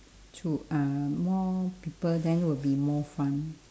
to uh more people then will be more fun